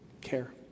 care